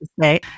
say